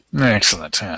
Excellent